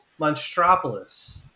Monstropolis